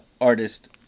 artist